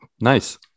Nice